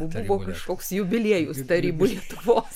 buvo kažkoks jubiliejus tarybų lietuvos